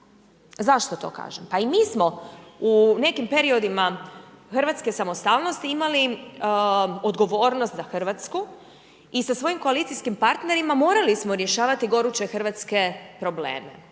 Zašto to kažem? Pa i mi smo u nekim periodima hrvatske samostalnosti imali odgovornost za Hrvatsku i sa svojim koalicijskim partnerima morali smo rješavati goruće hrvatske probleme.